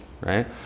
right